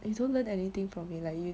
and you don't learn anything probably like you